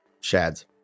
Shad's